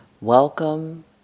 Welcome